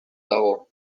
dago